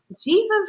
Jesus